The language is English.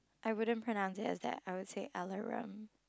I wouldn't pronounce it as that I would say